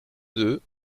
deux